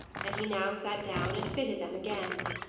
and he now sat down and fitted them again.